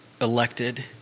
elected